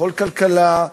בכל כלכלה.